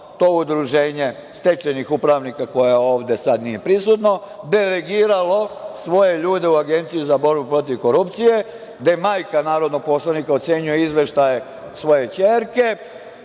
to udruženje stečajnih upravnika, koje ovde sad nije prisutno, delegiralo svoje ljude u Agenciji za borbu protiv korupcije, gde majka narodnog poslanika ocenjuje izveštaj svoje kćerke,